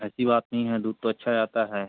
ऐसी बात नहीं है दूध तो अच्छा आता है